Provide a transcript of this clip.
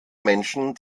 menschen